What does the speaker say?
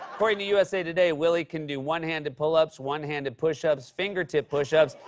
according to usa today, willie can do one-handed pull-ups one-handed push-ups, fingertip push-ups,